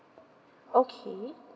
okay